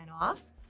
off